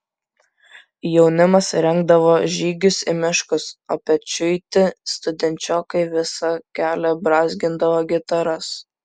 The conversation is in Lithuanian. jaunimas rengdavo žygius į miškus o pečiuiti studenčiokai visą kelią brązgindavo gitaras